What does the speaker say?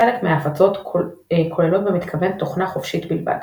חלק מההפצות כוללות במתכוון תוכנה חופשית בלבד.